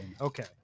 Okay